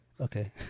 okay